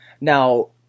Now